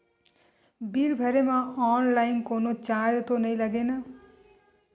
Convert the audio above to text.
Bill भरे मा online कोनो चार्ज तो नई लागे ना?